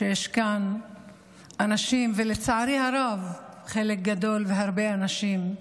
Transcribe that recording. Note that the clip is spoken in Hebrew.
שיש כאן אנשים, ולצערי הרב חלק גדול והרבה אנשים,